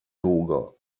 długo